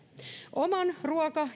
oman ruoka